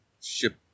ship